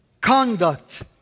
conduct